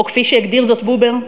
או כפי שהגדיר זאת בובר: